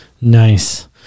Nice